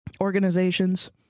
organizations